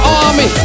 army